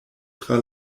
tra